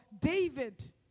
David